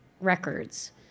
records